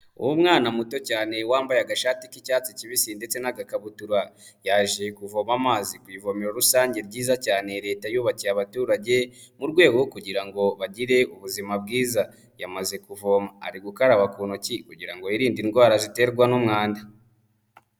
Umwana muto cyane wambaye agashati k'icyatsi kibisi ndetse n'agakabuturaba, yaje kuvoma amazi ku ivomero rusange ryiza cyane leta yubakiye abaturage mu rwego rwo kugira ngo bagire ubuzima bwiza. Yamaze kuvoma ari gukaraba ku ntoki kugira ngo yirinde indwara ziterwa n'umwanda.